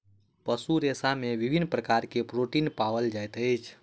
पशु रेशा में विभिन्न प्रकार के प्रोटीन पाओल जाइत अछि